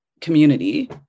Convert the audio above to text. community